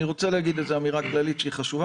אני רוצה להגיד אמירה כללית שהיא חשובה